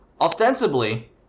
Ostensibly